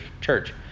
church